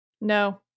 No